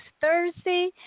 Thursday